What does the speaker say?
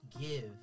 give